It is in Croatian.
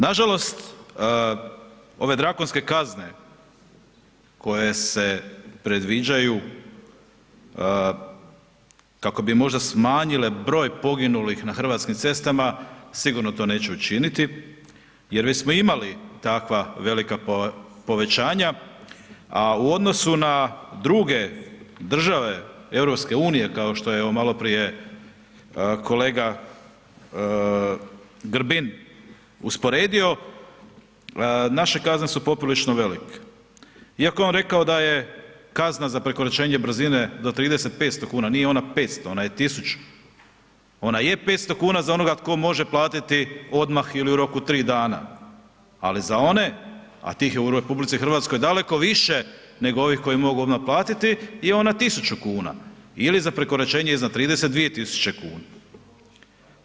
Nažalost, ove drakonske kazne koje se predviđaju kako bi možda smanjile broj poginulih na hrvatskim cestama, sigurno to neće učiniti jer već smo imali takva velika povećanja, a u odnosu na druge države EU kao što je evo maloprije kolega Grbin usporedio, naše kazne su poprilično velike iako je on rekao da je kazna za prekoračenje brzine do 30, 500,00 kn, nije ona 500,00 ona je 1.000,00, ona je 500,00 kn za onoga tko može platiti odmah ili u roku 3 dana, a za one, a tih je u RH daleko više nego ovih koji mogu odmah platiti, je ona 1.000,00 kn ili za prekoračenje iznad 30, 2.000,00 kn.